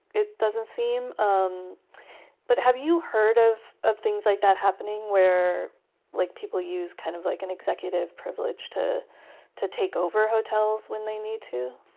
it doesn't seem, um but have you heard of of things like that happening where like people use kind of like an executive privilege to to take over hotels when they need to?